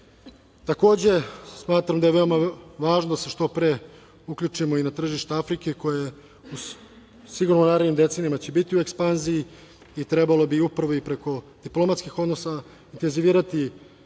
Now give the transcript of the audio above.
šansa. Takođe, smatram da je veoma važno što pre da se uključimo i na tržište Afrike koje će u narednim decenijama biti u ekspanziji i trebalo bi upravo i preko diplomatskih odnosa intenzivirati